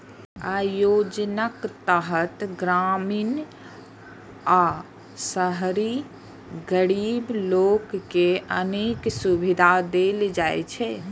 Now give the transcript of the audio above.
अय योजनाक तहत ग्रामीण आ शहरी गरीब लोक कें अनेक सुविधा देल जाइ छै